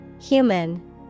Human